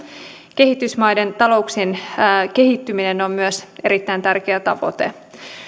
kehitysmaiden talouksien kehittyminen on myös erittäin tärkeä tavoite